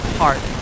heart